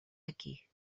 aquí